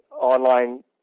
online